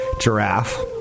giraffe